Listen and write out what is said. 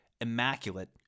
immaculate